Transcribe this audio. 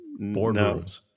boardrooms